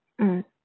mm